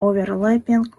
overlapping